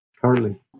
currently